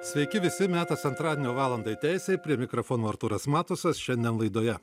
sveiki visi metas antradienio valandai teisei prie mikrofono artūras matusas šiandien laidoje